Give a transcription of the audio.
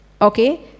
okay